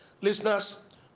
Listeners